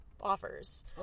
offers